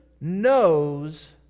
knows